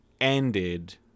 ended